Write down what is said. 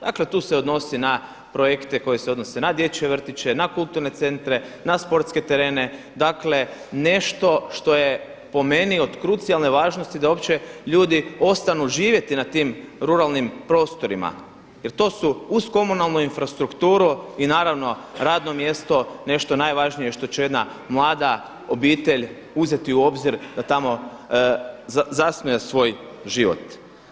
Dakle tu se odnosi na projekte koji se odnose na dječje vrtiće, na kulturne centre, na sportske terene, dakle nešto što je po meni od krucijalne važnosti da uopće ljudi ostanu živjeti na tim ruralnim prostorima jer to su uz komunalnu infrastrukturu i naravno radno mjesto nešto najvažnije što će jedna mlada obitelj uzeti u obzir da tamo zasnuje svoj život.